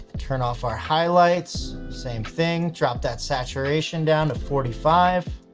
turn off our highlights. same thing, drop that saturation down to forty five.